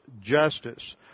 justice